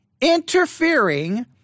interfering